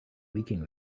leaking